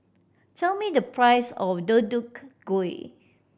tell me the price of Deodeok Gui